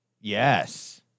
Yes